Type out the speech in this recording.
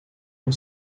com